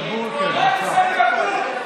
אלקטרונית.